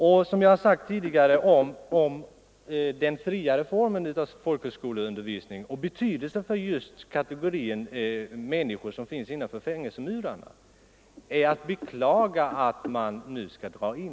Med tanke på vad jag nyss sagt om den friare form som folkhögskolundervisningen har och vad den betyder för de människor som hamnat innanför fängelsemurarna är det att beklaga att just den undervisningen nu skall dras in.